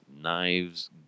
knives